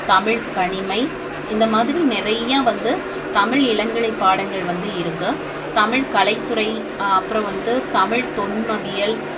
தமிழ்க் கணிமை இந்த மாதிரி நிறையா வந்து தமிழ் இளங்கலை பாடங்கள் வந்து இருக்குது தமிழ் கலைத்துறை அப்புறம் வந்து தமிழ் தொன்மவியல்